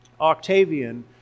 Octavian